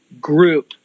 group